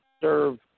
serve